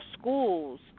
schools